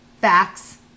facts